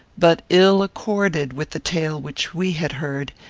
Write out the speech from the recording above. but ill accorded with the tale which we had heard,